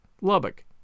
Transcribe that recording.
Lubbock